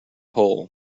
hole